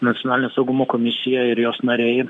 nacionalinio saugumo komisija ir jos nariai